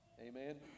Amen